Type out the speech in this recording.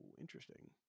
interesting